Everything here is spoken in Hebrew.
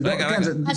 לא,